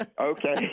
Okay